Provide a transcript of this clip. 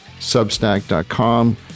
substack.com